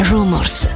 Rumors